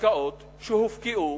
קרקעות שהופקעו